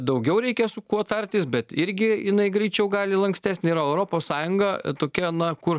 daugiau reikia su kuo tartis bet irgi jinai greičiau gali lankstesnė yra europos sąjunga tokia na kur